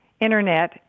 Internet